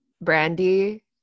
Brandy